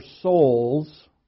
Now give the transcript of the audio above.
souls